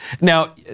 Now